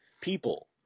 people